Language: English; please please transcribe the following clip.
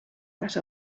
that